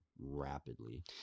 rapidly